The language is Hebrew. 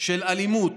של אלימות,